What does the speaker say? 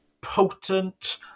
potent